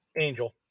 angel